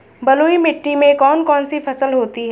बलुई मिट्टी में कौन कौन सी फसल होती हैं?